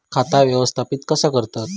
खाता व्यवस्थापित कसा करतत?